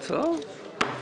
טוב.